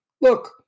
Look